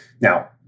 now